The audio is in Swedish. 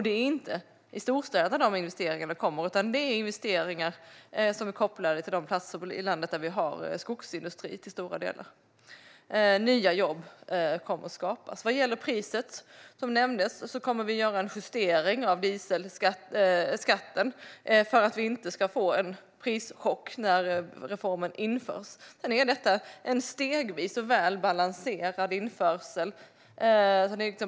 Det är inte i storstäderna som dessa investeringar kommer, utan de är kopplade till de platser i landet där vi till stora delar har skogsindustri. Nya jobb kommer att skapas. Vad gäller priset, som nämndes, kommer vi att göra en justering av dieselskatten för att vi inte ska få en prischock när reformen införs. Detta är ett stegvist och väl balanserat införande.